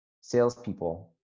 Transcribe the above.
salespeople